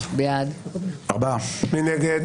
מי נגד?